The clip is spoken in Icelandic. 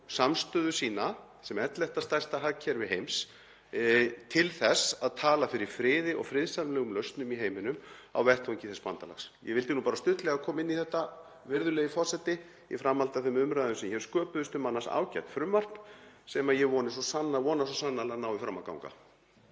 samstöðu sína sem 11. stærsta hagkerfi heims til þess að tala fyrir friði og friðsamlegum lausnum í heiminum á vettvangi þess bandalags. Ég vildi bara stuttlega koma inn í þetta, virðulegi forseti, í framhaldi af þeim umræðum sem hér sköpuðust um annars ágætt frumvarp sem ég vona svo sannarlega að nái fram að ganga.